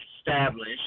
establish